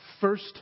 first